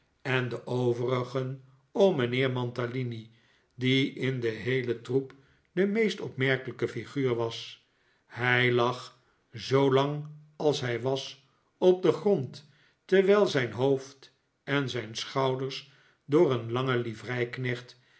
en de overigen om mijnheer mantalini die in de heele groep de meest opmerkelijke figuur was hij lag zoo lang als hij was op den grond terwijl zijn hoofd en zijn schouders door een langen